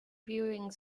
viewing